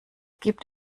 gibt